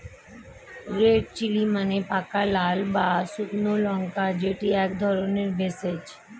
red chilli মানে পাকা লাল বা শুকনো লঙ্কা যেটি এক ধরণের ভেষজ